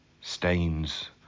stains